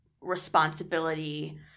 responsibility